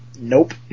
Nope